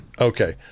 okay